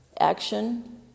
action